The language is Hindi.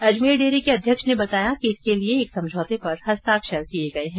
अजमेर डेयरी के अध्यक्ष ने बताया कि इसके लिए एक समझौते पर हस्ताक्षर किए गये हैं